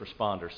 responders